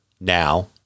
Now